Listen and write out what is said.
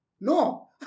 No